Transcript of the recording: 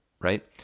right